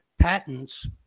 patents